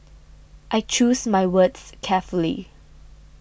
I choose my words carefully